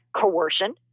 coercion